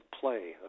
play